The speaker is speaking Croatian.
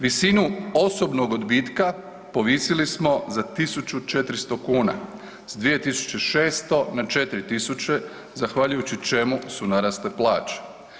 Visinu osobnog odbitka povisili smo za 1.400 kuna, s 2.600 na 4.000 zahvaljujući čemu su narasle plaće.